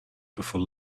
before